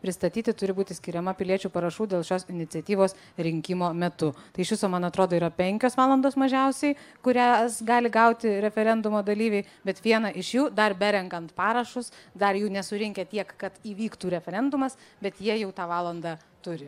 pristatyti turi būti skiriama piliečių parašų dėl šios iniciatyvos rinkimo metu tai iš viso man atrodo yra penkios valandos mažiausiai kurias gali gauti referendumo dalyviai bet vieną iš jų dar berenkant parašus dar jų nesurinkę tiek kad įvyktų referendumas bet jie jau tą valandą turi